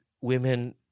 women